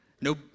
no